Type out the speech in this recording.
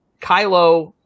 Kylo